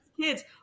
kids